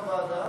כהצעת הוועדה,